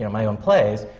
yeah my own plays,